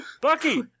Bucky